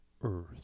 earth